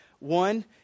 One